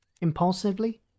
Impulsively